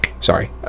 sorry